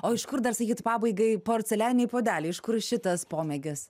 o iš kur dar sakykit pabaigai porcelianiniai puodeliai iš kur šitas pomėgis